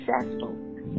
successful